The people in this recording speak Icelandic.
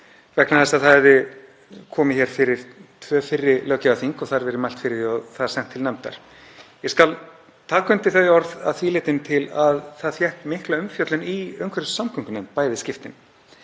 vegna þess að það hefði komið fyrir tvö fyrri löggjafarþing og þar verið mælt fyrir því og það sent til nefndar. Ég skal taka undir þau orð að því leyti til að það fékk mikla umfjöllun í umhverfis- og samgöngunefnd í bæði skiptin